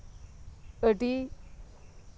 ᱟᱹᱰᱤ